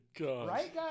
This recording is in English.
Right